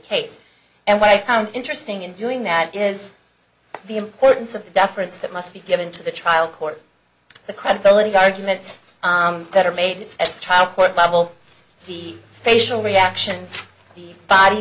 case and why i found interesting in doing that is the importance of the deference that must be given to the trial court the credibility arguments that are made at trial court level the facial reactions the body